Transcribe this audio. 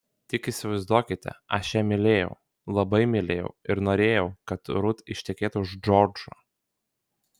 tik įsivaizduokite aš ją mylėjau labai mylėjau ir norėjau kad rut ištekėtų už džordžo